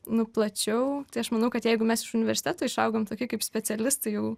nu plačiau tai aš manau kad jeigu mes iš universiteto išaugame tokie kaip specialistai jau